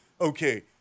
okay